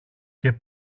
και